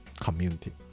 community